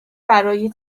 برای